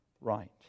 right